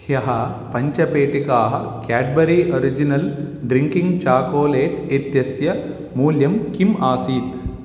ह्यः पञ्चपेटिकाः Cadbury original drinking chocolate इत्यस्य मूल्यं किम् आसीत्